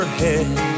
head